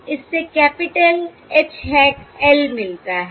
इससे capital H hat l मिलता है